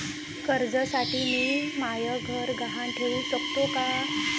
कर्जसाठी मी म्हाय घर गहान ठेवू सकतो का